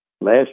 last